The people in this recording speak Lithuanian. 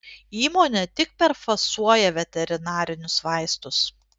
įmonė tik perfasuoja veterinarinius vaistus